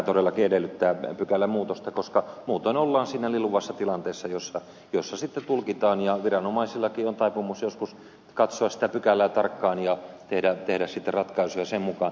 tämä todellakin edellyttää pykälämuutosta koska muutoin ollaan siinä lilluvassa tilanteessa jossa sitten tulkitaan ja viranomaisillakin on taipumus joskus katsoa sitä pykälää tarkkaan ja tehdä sitten ratkaisuja sen mukaan